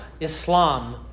Islam